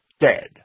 dead